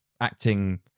acting